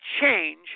change